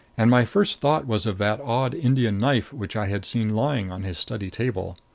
and my first thought was of that odd indian knife which i had seen lying on his study table.